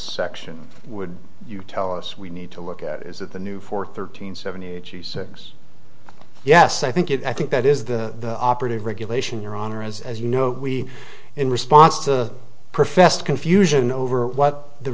section would you tell us we need to look at is that the new four thirteen seventy eighty six yes i think it i think that is the operative regulation your honor is as you know we in response to professed confusion over what the